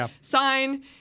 sign—